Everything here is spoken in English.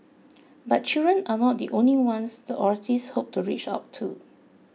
but children are not the only ones the authorities hope to reach out to